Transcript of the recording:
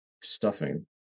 Stuffing